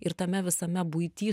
ir tame visame buity